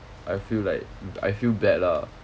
I feel like I feel bad lah